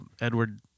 Edward